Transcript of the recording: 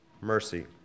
mercy